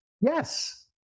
Yes